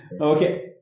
Okay